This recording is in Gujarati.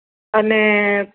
અને